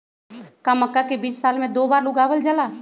का मक्का के बीज साल में दो बार लगावल जला?